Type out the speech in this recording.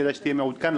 כדאי שתהיה מעודכן,